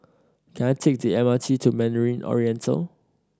can I take the M R T to Mandarin Oriental